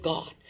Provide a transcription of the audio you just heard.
God